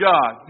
God